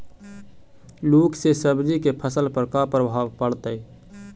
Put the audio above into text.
लुक से सब्जी के फसल पर का परभाव पड़तै?